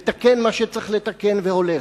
מתקן מה שצריך לתקן והולך.